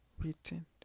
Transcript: written